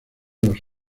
los